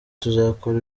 tuzakora